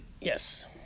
Yes